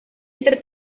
entre